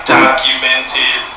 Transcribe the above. documented